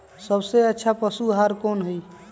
सबसे अच्छा पशु आहार कोन हई?